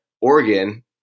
Oregon